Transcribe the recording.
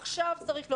עכשיו צריך להודיע,